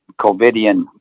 COVIDian